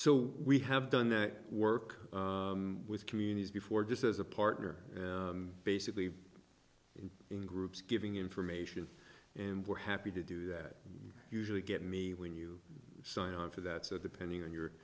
so we have done that work with communities before just as a partner basically in groups giving information and we're happy to do that we usually get me when you sign on for that so depending on your